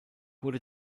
wurde